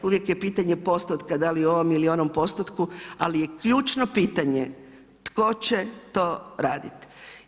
Uvijek je pitanje postotka da li u ovom ili onom postotku, ali je ključno pitanje tko će to raditi.